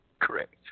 Correct